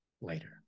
later